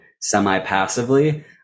semi-passively